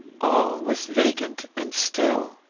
all was vacant and still.